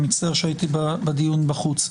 מצטער שהייתי בדיון בחוץ.